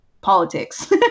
politics